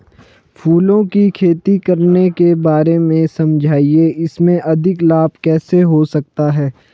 फूलों की खेती करने के बारे में समझाइये इसमें अधिक लाभ कैसे हो सकता है?